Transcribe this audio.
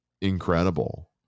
incredible